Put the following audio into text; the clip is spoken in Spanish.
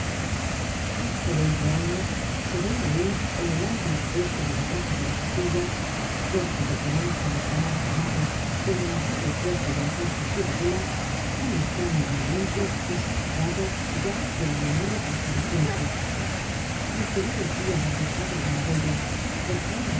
hace veinte años se veia aun en el ángulo sudeste de la plaza de la bastilla cerca del remanso del canal formado en el antiguo foso de la cárcel ciudadela un estraño monumento que se ha borrado ya de la memoria de los parisienses y que merecia haber dejado alguna huella porque era